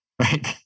right